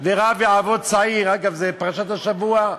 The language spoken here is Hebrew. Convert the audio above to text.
ורב יעבוד צעיר, אגב, זה פרשת השבוע,